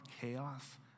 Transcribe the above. chaos